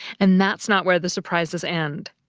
and that's not where the surprises end.